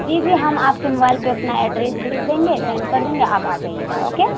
جی جی ہم آپ کے موبائل پہ اپنا ایڈریس بھیج دیں گے سینڈ کر دیں گے آپ آ جائیے گا اوکے